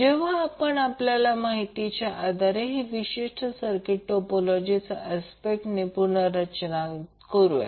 जेव्हा आपण आपल्या माहितीच्या आधारे हे विशिष्ट सर्किट टोपोलॉजीकल अस्पेट ने पुनर्रचना करू